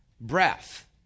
breath